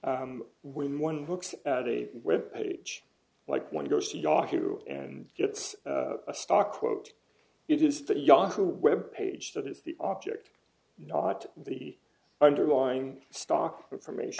when one looks at a web page like one goes to yahoo and gets a stock quote it is the yahoo web page that is the object not the underlying stock information